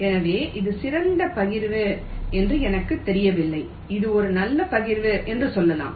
எனவே எது சிறந்த பகிர்வு என்று எனக்குத் தெரியவில்லை இது ஒரு நல்ல பகிர்வு என்று சொல்லலாம்